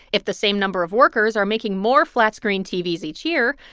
if the same number of workers are making more flat-screen tvs each year,